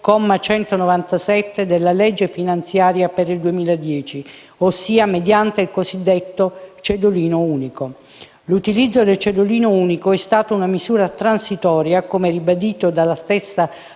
comma 197, della legge finanziaria per il 2010, ossia mediante il cosiddetto cedolino unico. L'utilizzo del cedolino unico è stata una misura transitoria, come ribadito dalla stessa